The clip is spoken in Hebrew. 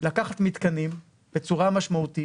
לקחת מתקנים בצורה משמעותית